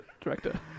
director